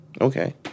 Okay